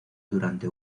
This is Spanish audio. durante